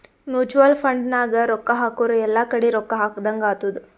mutual fund ನಾಗ್ ರೊಕ್ಕಾ ಹಾಕುರ್ ಎಲ್ಲಾ ಕಡಿ ರೊಕ್ಕಾ ಹಾಕದಂಗ್ ಆತ್ತುದ್